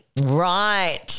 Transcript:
Right